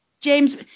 James